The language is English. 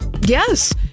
yes